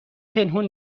پنهون